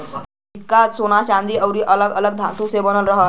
सिक्का सोने चांदी आउर अलग अलग धातु से बनल रहेला